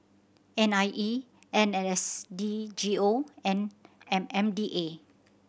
N I E N S D G O and M M D A